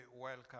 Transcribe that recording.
welcome